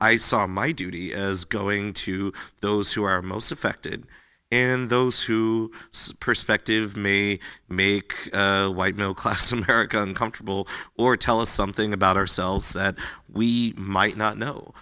i saw my duty as going to those who are most affected and those who perspective may make white no class america uncomfortable or tell us something about ourselves that we might not know